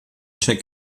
check